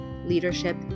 leadership